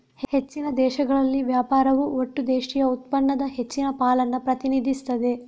ಹೆಚ್ಚಿನ ದೇಶಗಳಲ್ಲಿ ವ್ಯಾಪಾರವು ಒಟ್ಟು ದೇಶೀಯ ಉತ್ಪನ್ನದ ಹೆಚ್ಚಿನ ಪಾಲನ್ನ ಪ್ರತಿನಿಧಿಸ್ತದೆ